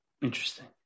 Interesting